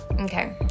okay